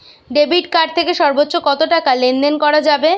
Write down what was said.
Debit card থেকে সর্বোচ্চ কত টাকা লেনদেন করা যাবে?